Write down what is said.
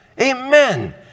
Amen